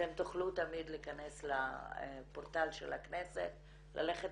תמיד תוכלו להכנס לפורטל הכנסת ללכת